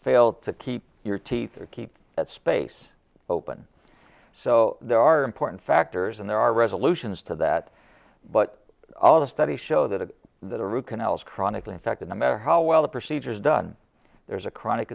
failed to keep your teeth or keep that space open so there are important factors and there are resolutions to that but all the studies show that it that a root canal is chronically in fact in the matter how well the procedures done there's a chronic